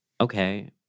okay